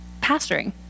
pastoring